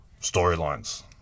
storylines